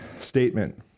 statement